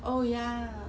oh ya